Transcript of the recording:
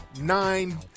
nine